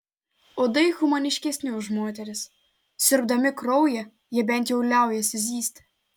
uodai humaniškesni už moteris siurbdami kraują jie bent jau liaujasi zyzti